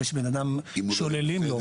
שוללים לו.